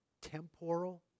temporal